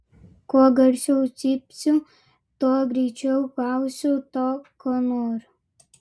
kuo garsiau cypsiu tuo greičiau gausiu to ko noriu